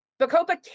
bacopa